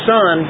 Son